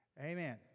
Amen